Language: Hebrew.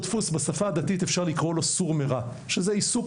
בשפה הדתית אפשר לקרוא לו סור מרע זה עיסוק